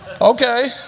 Okay